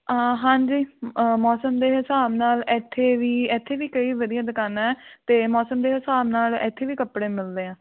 ਹਾਂਜੀ ਮੌਸਮ ਦੇ ਹਿਸਾਬ ਨਾਲ ਇੱਥੇ ਵੀ ਇੱਥੇ ਵੀ ਕਈ ਵਧੀਆ ਦੁਕਾਨਾਂ ਅਤੇ ਮੌਸਮ ਦੇ ਹਿਸਾਬ ਨਾਲ ਇੱਥੇ ਵੀ ਕੱਪੜੇ ਮਿਲਦੇ ਆ